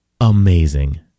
amazing